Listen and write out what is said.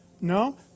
No